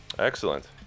Excellent